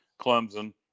Clemson